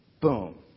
Boom